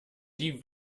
die